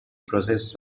process